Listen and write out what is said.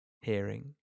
hearing